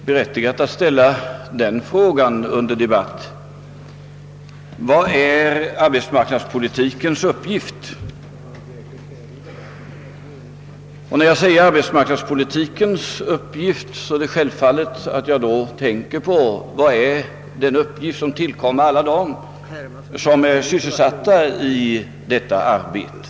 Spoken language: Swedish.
Herr talman! Det är berättigat att under debatt ställa frågan: Vad är arbetsmarknadspolitikens uppgift? Och när jag säger <:arbetsmarknadspolitikens uppgift är det självfallet att jag tänker på den uppgift som tillkommer alla dem som är sysselsatta i detta arbete.